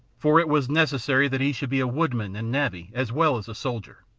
for it was necessary that he should be a woodman and navvy as well as a soldier.